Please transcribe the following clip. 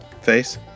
Face